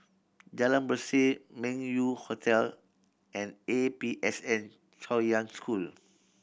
Jalan Berseh Meng Yew Hotel and A P S N Chaoyang School